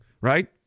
right